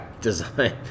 design